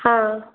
ಹಾಂ